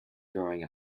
growing